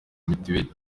mituweli